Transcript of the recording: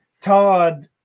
Todd